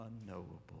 unknowable